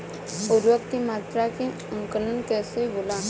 उर्वरक के मात्रा के आंकलन कईसे होला?